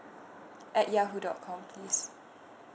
at yahoo dot com please